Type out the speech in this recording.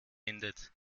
endet